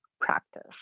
practice